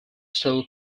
still